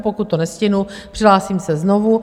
Pokud to nestihnu, přihlásím se znovu.